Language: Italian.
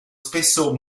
spesso